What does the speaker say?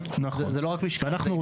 כן, כן,